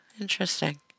Interesting